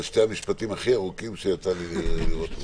אלו שני משפטים הכי ארוכים שיצא לי לראות פה בוועדה,